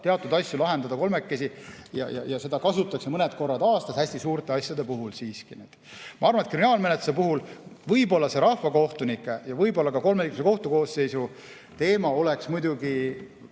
teatud asju kolmekesi – olemas ja seda kasutatakse mõned korrad aastas hästi suurte asjade puhul. Ma arvan, et kriminaalmenetluse puhul võib-olla see rahvakohtunike ja võib-olla ka kolmeliikmelise kohtukoosseisu teema oleks vähem